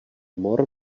mor